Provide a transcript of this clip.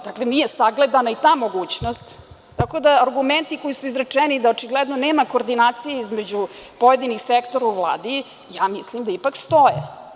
Dakle, nije sagledana i ta mogućnost, tako da argumenti koji su izrečeni da očigledno nema koordinacije između pojedinih sektora u Vladi, ja mislim da ipak stoje.